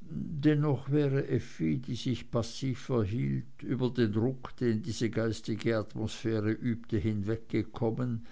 dennoch wäre effi die sich passiv verhielt über den druck den diese geistige atmosphäre übte hinweggekommen